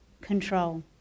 control